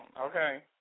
okay